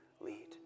lead